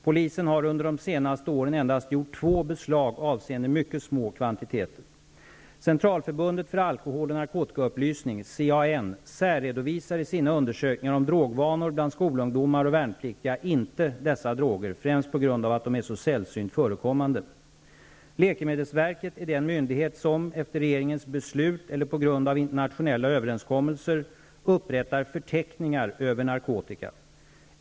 Polisen har under de senaste åren gjort endast två beslag, som avsett mycket små kvantiteter. Centralförbundet för särredovisar i sina undersökningar om drogvanor bland skolungdomar och värnpliktiga inte dessa droger, främst på grund av att de är så sällsynt förekommande. Läkemedelsverket är den myndighet som, efter regeringens beslut eller på grund av internationella överenskommelser, upprättar förteckningar över narkotika.